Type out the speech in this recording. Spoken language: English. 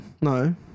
no